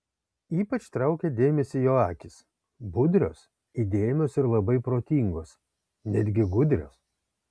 ypač traukė dėmesį jo akys budrios įdėmios ir labai protingos netgi gudrios